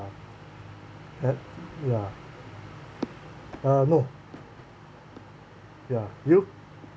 had ya uh no ya you